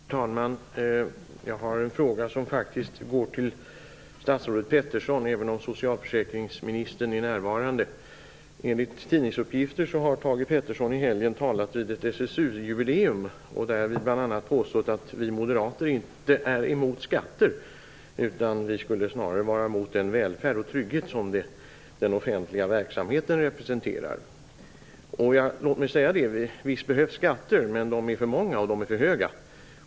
Fru talman! Jag har en fråga som faktiskt går till statsrådet Peterson, även om socialförsäkringsministern är närvarande. Enligt tidningsuppgifter har Thage G Peterson i helgen talat vid ett SSU-jubileum och där bl.a. påstått att vi moderater inte är emot skatter. Vi skulle snarare vara emot den välfärd och trygghet som den offentliga verksamheten representerar. Låt mig säga att visst behövs skatter, men de är för många och för höga.